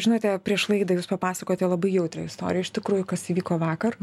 žinote prieš laidą jūs papasakojote labai jautrią istoriją iš tikrųjų kas įvyko vakar